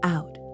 Out